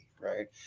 right